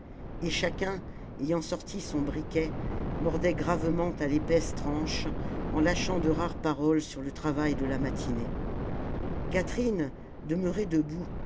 et chacun ayant sorti son briquet mordait gravement à l'épaisse tranche en lâchant de rares paroles sur le travail de la matinée catherine demeurée debout